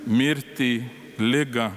mirtį ligą